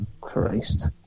Christ